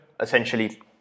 essentially